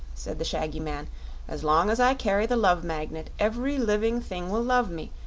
said the shaggy man as long as i carry the love magnet every living thing will love me,